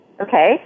Okay